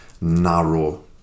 narrow